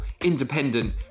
independent